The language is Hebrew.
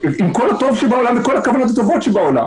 עם כל הטוב שבעולם וכל הכוונות הטובות בעולם